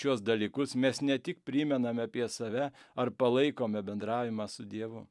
šiuos dalykus mes ne tik primename apie save ar palaikome bendravimą su dievu